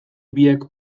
biek